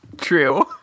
True